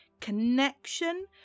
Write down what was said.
connection